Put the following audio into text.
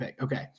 Okay